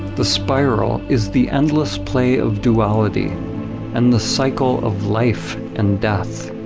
the spiral is the endless play of duality and the cycle of life and death.